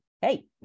hey